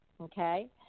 okay